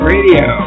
Radio